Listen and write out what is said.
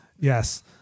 Yes